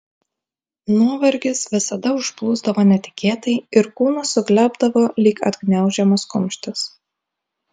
nuovargis visada užplūsdavo netikėtai ir kūnas suglebdavo lyg atgniaužiamas kumštis